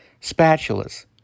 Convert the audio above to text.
spatulas